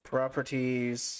Properties